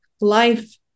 life